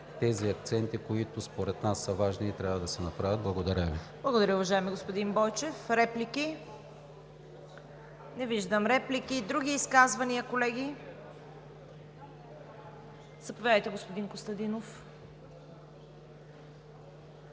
тези акценти, които, според нас, са важни и трябва да се направят. Благодаря Ви. ПРЕДСЕДАТЕЛ ЦВЕТА КАРАЯНЧЕВА: Благодаря Ви, уважаеми господин Бойчев. Реплики? Не виждам реплики. Други изказвания, колеги? Заповядайте, господин Костадинов.